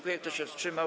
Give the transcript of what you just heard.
Kto się wstrzymał?